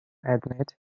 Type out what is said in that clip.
admit